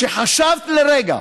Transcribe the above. כשחשבת לרגע